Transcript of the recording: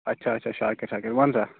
اچھا اچھا شاکِر شاکِر وَنسا